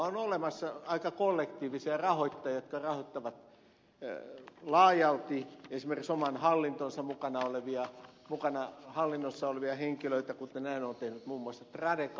on olemassa aika kollektiivisia rahoittajia jotka rahoittavat laajalti ja versomaan hallitus on mukana esimerkiksi omassa hallinnossaan olevia henkilöitä kuten on tehnyt muun muassa tradeka